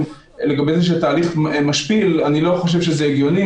כאן אפשר להכניס,